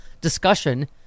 discussion